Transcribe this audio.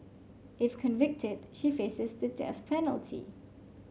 if convicted she faces the death penalty